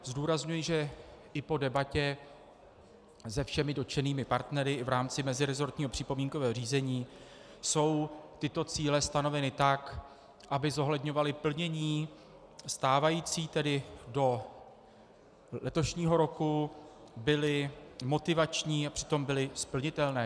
Zdůrazňuji, že i po debatě se všemi dotčenými partnery i v rámci mezirezortního připomínkového řízení jsou tyto cíle stanoveny tak, aby zohledňovaly plnění stávající, tedy do letošního roku, byly motivační a přitom byly splnitelné.